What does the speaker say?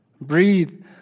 Breathe